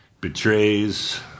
Betrays